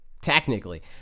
Technically